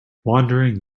wandering